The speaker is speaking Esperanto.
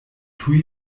tuj